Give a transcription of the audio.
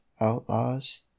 outlaws